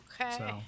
Okay